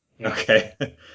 Okay